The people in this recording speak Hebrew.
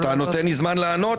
אתה נותן לי זמן לענות?